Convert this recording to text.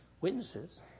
witnesses